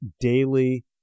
daily